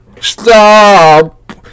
Stop